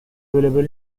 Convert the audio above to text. available